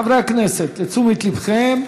חברי הכנסת, לתשומת ליבכם,